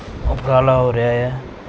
ਉਪਰਾਲਾ ਹੋ ਰਿਹਾ ਆ